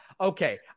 Okay